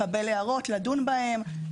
לקבל הערות ולדון בהן,